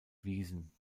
wiesen